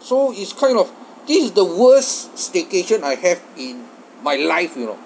so is kind of this is the worst staycation I have in my life you know